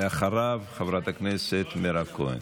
אחריו, חברת הכנסת מירב כהן.